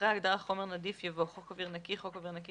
אחרי ההגדרה "חומר נדיף" יבוא: ""חוק אוויר נקי" חוק אוויר נקי,